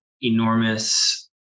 enormous